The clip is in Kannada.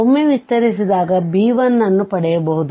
ಒಮ್ಮೆ ವಿಸ್ತರಿಸಿದಾಗ b1 ನ್ನು ಪಡೆಯಬಹುದು